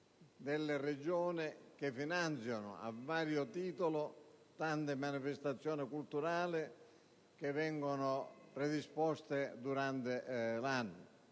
delle Regioni che finanziano a vario titolo tante manifestazioni culturali che vengono organizzate durante l'anno.